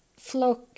Flock